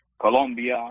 colombia